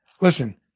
Listen